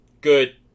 good